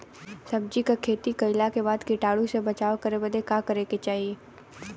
सब्जी के खेती कइला के बाद कीटाणु से बचाव करे बदे का करे के चाही?